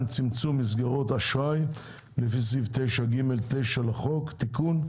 צמצום מסגרות אשראי לפני סעיף 9(ג9 לחוק)(תיקון),